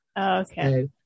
okay